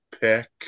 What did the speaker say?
pick